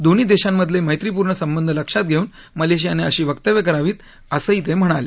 दोन्ही देशांमधले मत्रीपूर्ण संबंध लक्षात घेऊन मलेशियानं अशी वक्तव्य करावीत असंही ते म्हणाले